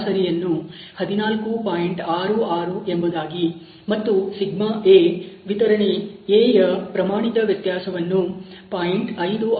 66 ಎಂಬುದಾಗಿ ಮತ್ತು A ವಿತರಣೆ A ಯ ಪ್ರಮಾಣಿತ ವ್ಯತ್ಯಾಸವನ್ನು 0